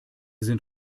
sind